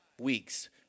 weeks